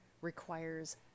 requires